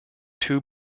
two